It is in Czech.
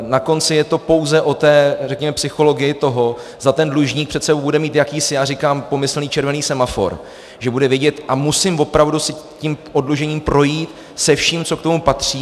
Na konci je to pouze o té, řekněme, psychologii toho, zda ten dlužník před sebou bude mít jakýsi, já říkám pomyslný červený semafor, že bude vědět: a musím opravdu si tím oddlužením projít se vším, co k tomu patří.